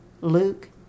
Luke